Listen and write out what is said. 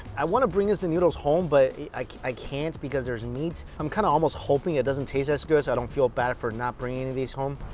i want to bring instant noodles home but i can't because there's meat. i'm kind of almost hoping it doesn't taste as good so i don't feel bad for not bringing these home